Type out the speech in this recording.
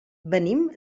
venim